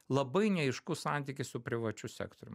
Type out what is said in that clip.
labai neaiškus santykis su privačiu sektorium